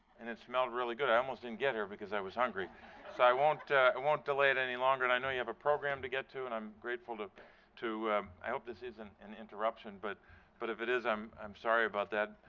and it smelled really good. i almost didn't get here because i was hungry so i won't i won't delay it any longer and i know you have a program to get to and i'm grateful to to i hope this isn't an interruption, but but if it is, i'm i'm sorry about that.